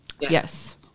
Yes